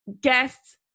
guests